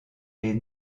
les